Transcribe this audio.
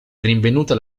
rinvenuta